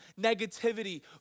negativity